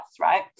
right